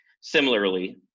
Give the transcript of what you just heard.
similarly